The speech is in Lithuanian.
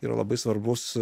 yra labai svarbus